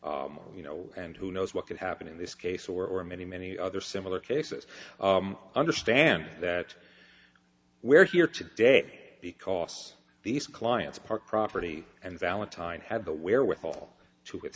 you know and who knows what could happen in this case or in many many other similar cases understand that we're here today because these clients park property and valentine had the wherewithal to get